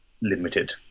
limited